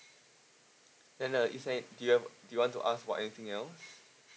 then uh if say do you have do you want to ask for anything else